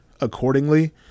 accordingly